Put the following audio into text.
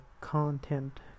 content